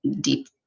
deep